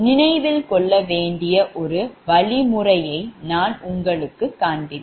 நினைவில் கொள்ளக்கூடிய ஒரு வழிமுறையை நான் உங்களுக்குக் காண்பிப்பேன்